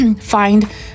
find